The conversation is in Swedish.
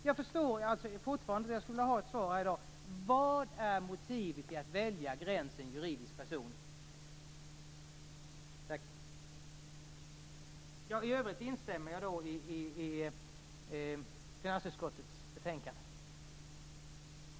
Jag förstår alltså fortfarande inte men skulle vilja ha ett svar här i dag: Vad är motivet för att välja gränsen juridisk person? I övrigt instämmer jag i finansutskottets betänkande. Tredje vice talmannen konstaterade att minst en tredjedel av de röstande hade bifallit återförvisning av ärendet till utskottet för ytterligare beredning.